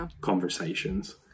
conversations